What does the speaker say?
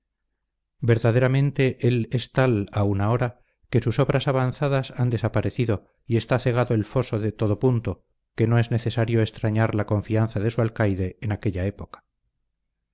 verdaderamente él es tal aun ahora que sus obras avanzadas han desaparecido y está cegado el foso de todo punto que no es de extrañar la confianza de su alcaide en aquella época